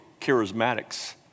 charismatics